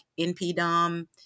NPDOM